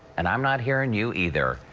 and i'm not hearing you either.